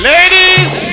Ladies